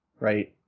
Right